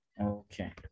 okay